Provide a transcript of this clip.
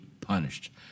punished